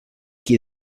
qui